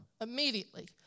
immediately